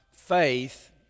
Faith